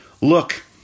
Look